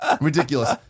Ridiculous